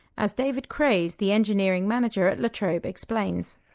as david craze, the engineering manager at latrobe, explains.